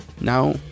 now